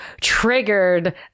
triggered